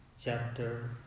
Chapter